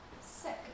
Sick